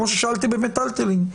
כמו ששאלתי במטלטלין,